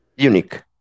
unique